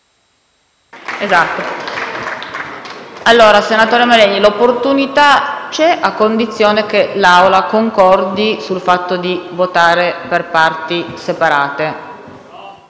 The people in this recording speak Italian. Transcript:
Senatore Mallegni, l'opportunità c'è, a condizione che l'Assemblea concordi sul fatto di votare per parti separate.